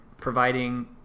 providing